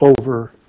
over